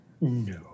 No